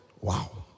wow